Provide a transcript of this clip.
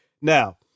Now